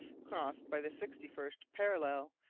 crossed by the sixty-first parallel,